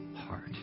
heart